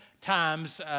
times